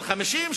50,